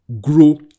grow